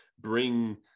bring